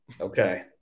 Okay